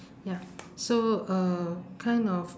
ya so uh kind of